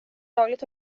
lagligt